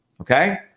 okay